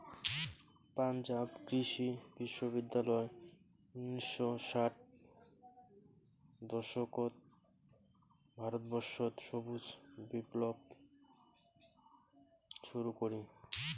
পাঞ্জাব কৃষি বিশ্ববিদ্যালয় উনিশশো ষাট দশকত ভারতবর্ষত সবুজ বিপ্লব শুরু করি